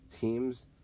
teams